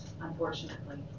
unfortunately